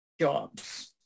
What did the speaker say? jobs